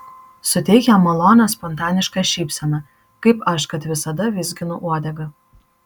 suteik jam malonią spontanišką šypseną kaip aš kad visada vizginu uodegą